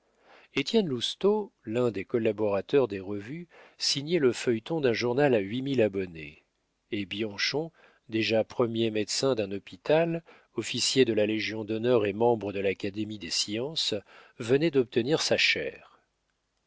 étienne lousteau l'un des collaborateurs des revues signait le feuilleton d'un journal à huit mille abonnés et bianchon déjà premier médecin d'un hôpital officier de la légion-d'honneur et membre de l'académie des sciences venait d'obtenir sa chaire